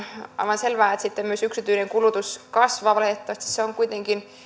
aivan selvää että sitten myös yksityinen kulutus kasvaa valitettavasti se on kuitenkin